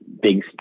big